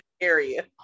area